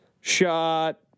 shot